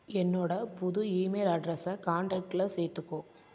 என்னோடய புது ஈமெயில் அட்ரெஸை கான்டெக்ட்டில் சேர்த்துக்கோ